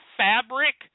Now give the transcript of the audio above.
fabric